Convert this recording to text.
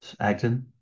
Agden